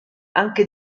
anche